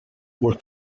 were